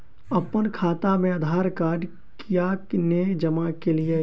अप्पन खाता मे आधारकार्ड कियाक नै जमा केलियै?